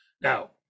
Now